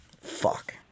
Fuck